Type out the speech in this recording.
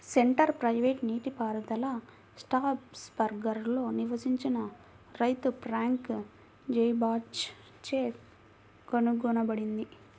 centre pivot నీటిపారుదల స్ట్రాస్బర్గ్లో నివసించిన రైతు ఫ్రాంక్ జైబాచ్ చే కనుగొనబడింది